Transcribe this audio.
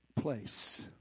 place